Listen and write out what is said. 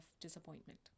disappointment